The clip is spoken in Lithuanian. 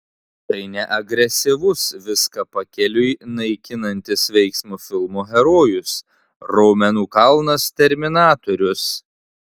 tai ne agresyvus viską pakeliui naikinantis veiksmo filmų herojus raumenų kalnas terminatorius